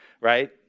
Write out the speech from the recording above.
right